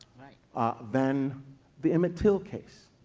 ah than the emmett till case?